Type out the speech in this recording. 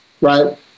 right